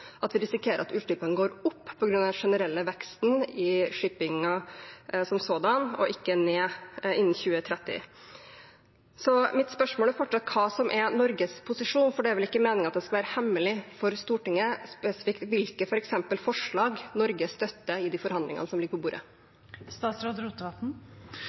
at vi risikerer at utslippene går opp på grunn av den generelle veksten i shipping som sådan, og ikke ned innen 2030. Mitt spørsmål er fortsatt hva som er Norges posisjon. For det er vel ikke meningen at det skal være hemmelig for Stortinget spesifikt hvilke forslag Norge støtter i de forhandlingene som ligger på